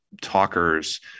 talker's